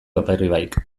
aperribaik